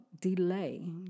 delay